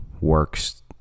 works